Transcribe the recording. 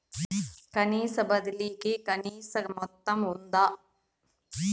డబ్బు బదిలీ కి కనీస మొత్తం ఉందా?